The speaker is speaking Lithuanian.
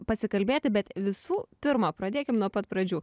pasikalbėti bet visų pirma pradėkim nuo pat pradžių